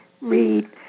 read